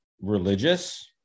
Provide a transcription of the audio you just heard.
religious